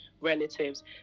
relatives